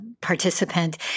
participant